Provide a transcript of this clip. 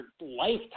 lifetime